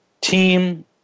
team